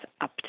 up